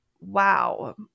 wow